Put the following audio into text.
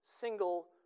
single